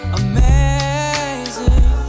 amazing